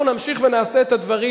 אנחנו נמשיך ונעשה את הדברים.